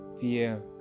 fear